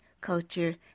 culture